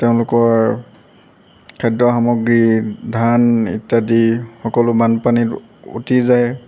তেওঁলোকৰ খাদ্য সামগ্ৰী ধান ইত্যাদি সকলো বানপানীত উটি যায়